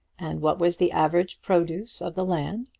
and what was the average produce of the land.